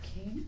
Okay